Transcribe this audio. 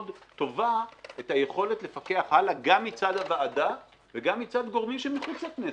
טובה את היכולת לפקח הלאה גם מצד הוועדה וגם מצד גורמים שמחוץ לכנסת.